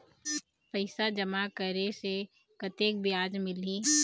पैसा जमा करे से कतेक ब्याज मिलही?